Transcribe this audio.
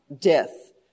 death